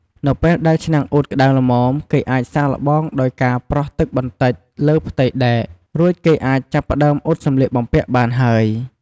នៅពេលដែលឆ្នាំងអ៊ុតក្តៅល្មម គេអាចសាកល្បងដោយការប្រោះទឹកបន្តិចលើផ្ទៃដែក រួចគេអាចចាប់ផ្តើមអ៊ុតសម្លៀកបំពាក់បានហើយ។